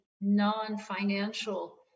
non-financial